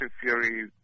Fury